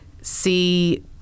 see